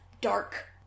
dark